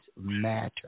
matter